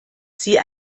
sie